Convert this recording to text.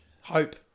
hope